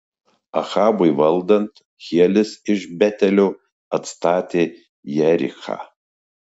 ahabui valdant hielis iš betelio atstatė jerichą